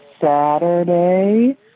Saturday